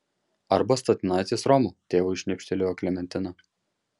arba statinaitės romo tėvui šnipštelėjo klementina